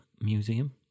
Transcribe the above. Museum